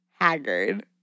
Haggard